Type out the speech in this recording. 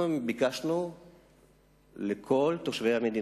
אנחנו ביקשנו לכל תושבי המדינה,